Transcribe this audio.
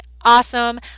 awesome